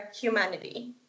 humanity